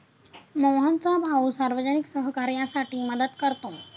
मोहनचा भाऊ सार्वजनिक सहकार्यासाठी मदत करतो